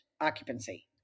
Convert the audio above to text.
occupancy